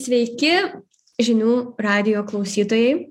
sveiki žinių radijo klausytojai